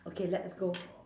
okay let's go